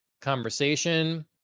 conversation